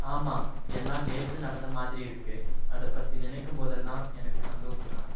ஆமாம் எல்லாம் நேற்று நடந்த மாதிரி இருக்குது அதை பற்றி நினைக்கும்போதெல்லாம் எனக்கு சந்தோஷம்தான்